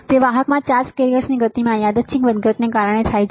તે વાહકમાં ચાર્જ કેરિયર્સની ગતિમાં યાદચ્છિક વધઘટને કારણે થાય છે